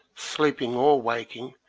sleeping or waking,